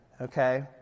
okay